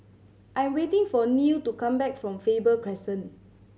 I am waiting for Neil to come back from Faber Crescent